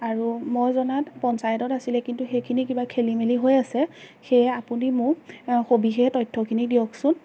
আৰু মই জনাত পঞ্চায়তত আছিলে কিন্তু সেইখিনি কিবা খেলিমেলি হৈ আছে সেয়ে আপুনি মোক সবিশেষ তথ্যখিনি দিয়কচোন